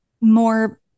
more